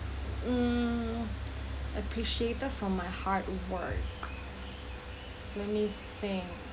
mm appreciated for my hard work let me think